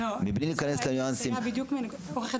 מבלי להיכנס לניואנסים --- אני עורכת